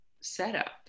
setup